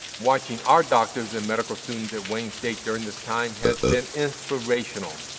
watching our doctors and medical students at wayne state during this time has been inspirational,